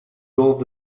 dorp